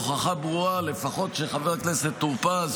הוכחה ברורה לפחות שחבר הכנסת טור פז,